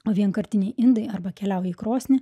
o vienkartiniai indai arba keliauja į krosnį